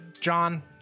John